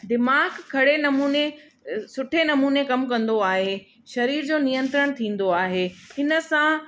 दीमाग़ु घणे नमूने सुठे नमूने कम कंदो आहे शरीर जो नियंत्रण थींदो आहे हिन सां